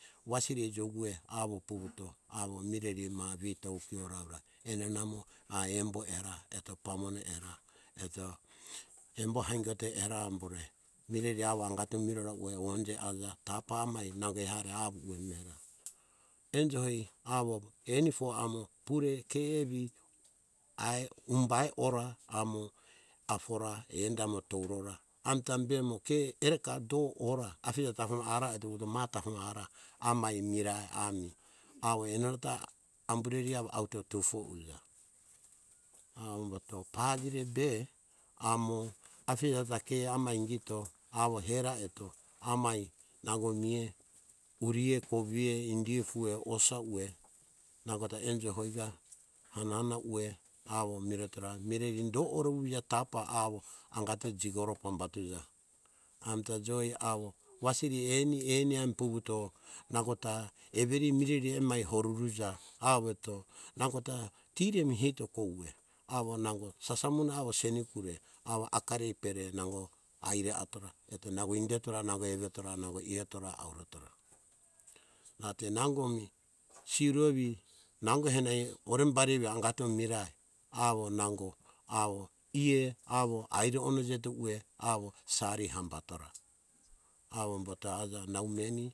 Wasiri ai jukue awo vuvuto awo ma mireri ai vuto ukiora awora, enena mo ma embo era pamone era, eto embo haingote era awo embo mireri awo angato mirora ueh onje aja tapa amai nango ehare awo ueh mera. Enjo hoi enifu amo pure ke evi ai humbai ora amo afora enda emo tourora amita bemo ke ereka do ora afija tafo mi ara eto maha tafo mi ara amai mirai ami awo eto enenata amureri awo auto tufo uja. Avomboto pajirebe amo afija ta ke amai ingito awo hera eto amai nango miea uriea kovea indiea ufuea osauea nangota enjo hoika hanena ueh awo miretora mireri do ore vuvuji betapa awo jikoru pambatuja amita joi awo wasiri eni eni ami vuvuto nangota eviri mireri amai horeruja awo eto nangota tiri emi hito kouve awo nango sasamuna awo senekure awo akari pere nango aire atora eto nango indetora nango evetora nango ieatora nango auretora rate nangomi siro evi nangota henai orembari angato mirai awo nango eah ari onejete ueh awo sari hambatora awomboto aja nau meni